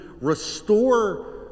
restore